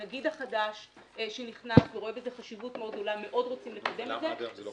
הנגיד החדש שנכנס ורואה בזה חשיבות מאוד גדולה מאוד רוצים לקדם את זה.